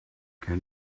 can